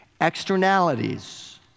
externalities